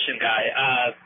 guy